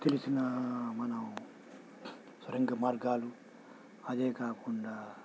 తెలిసినా మనం స్వరంగ మార్గాలు అదే కాకుండా